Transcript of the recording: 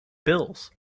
bills